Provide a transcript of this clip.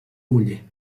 muller